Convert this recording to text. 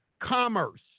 commerce